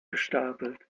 gestapelt